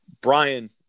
brian